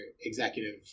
executive